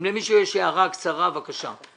אם למישהו יש הערה קצרה, בבקשה.